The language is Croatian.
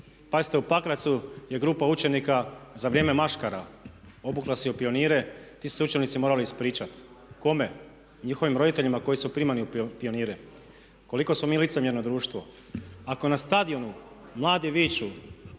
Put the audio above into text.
Pazite u Pakracu je grupa učenika za vrijeme maškara obukla se u pionire. Ti su se učenici morali ispričati. Kome? Njihovim roditeljima koji su primani u pionire. Koliko smo mi licemjerno društvo? Ako na stadionu mladi viču